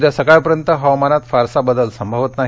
उद्या सकाळपर्यंत हवामानात फारसा बदल संभवत नाही